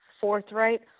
forthright